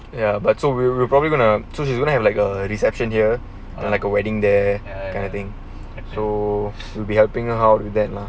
ya but so we're we're probably gonna so she's gonna have like a reception here like a wedding there kind of thing and so will be helping out with that lah